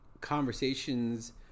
conversations